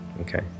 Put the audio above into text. Okay